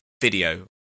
video